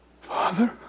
Father